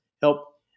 help